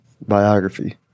biography